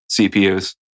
CPUs